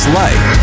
life